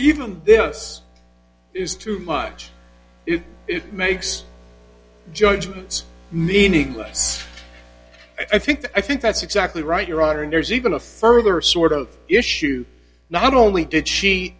even yes is too much it makes judgments meaningless i think i think that's exactly right your honor and there's even a further sort of issue not only did she